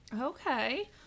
Okay